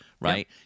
Right